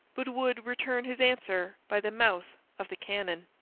but would return his answer by the mouth of the cannon.